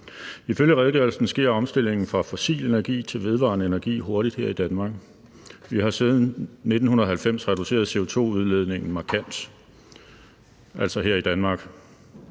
Ifølge redegørelsen sker omstillingen fra fossil energi til vedvarende energi hurtigt her i Danmark. Vi har siden 1990 reduceret CO2-udledningen markant, altså her i Danmark.